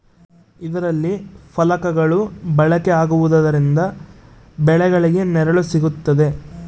ಇದರಲ್ಲಿ ಫಲಕಗಳು ಬಳಕೆ ಆಗುವುದರಿಂದ ಬೆಳೆಗಳಿಗೆ ನೆರಳು ಸಿಗುತ್ತದೆ